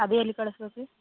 ಅದೆಲ್ಲಿ ಕಳ್ಸ್ಬೇಕು ರೀ